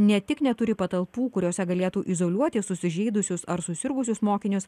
ne tik neturi patalpų kuriose galėtų izoliuoti susižeidusius ar susirgusius mokinius